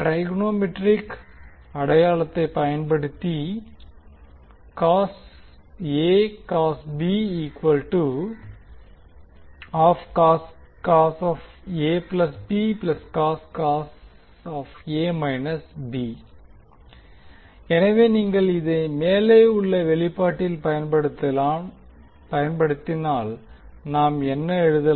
trigonometric அடையாளத்தை பயன்படுத்தி எனவே நீங்கள் இதை மேலே உள்ள வெளிப்பாட்டில் பயன்படுத்தினால் நாம் என்ன எழுதலாம்